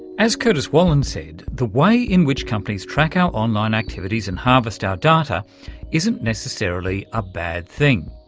as curtis wallen said, the way in which companies track our online activities and harvest our data isn't necessarily a bad thing.